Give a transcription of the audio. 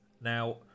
Now